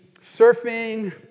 surfing